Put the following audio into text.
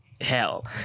hell